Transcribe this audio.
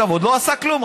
הוא עוד לא עשה כלום.